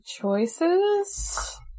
choices